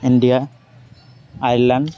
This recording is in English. India Ireland